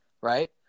right